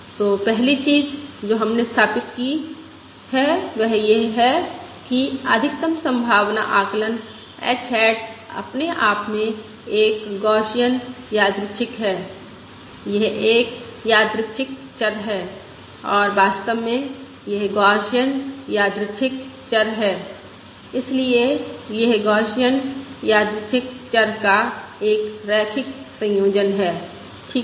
तो पहली चीज जो हमने स्थापित की है वह यह है कि अधिकतम संभावना आकलन h हैट अपने आप में एक गौसियन यादृच्छिक है यह एक यादृच्छिक चर है और वास्तव में यह गौसियन यादृच्छिक चर है इसलिए यह गौसियन यादृच्छिक चर का एक रैखिक संयोजन है ठीक है